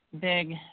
big